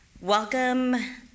welcome